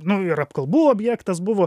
nu ir apkalbų objektas buvo